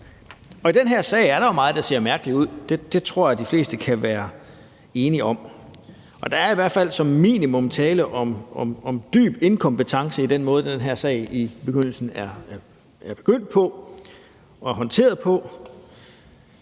i den her sag er der jo meget, der ser mærkeligt ud. Det tror jeg de fleste kan være enige om. Og der er i hvert fald som minimum tale om dyb inkompetence i den måde, den her sag er begyndt på og håndteret på,